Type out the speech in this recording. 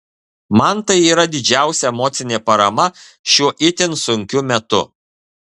man tai yra didžiausia emocinė parama šiuo itin sunkiu metu